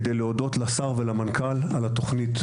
כדי להודות לשר ולמנכ"ל על התוכנית,